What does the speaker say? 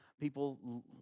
people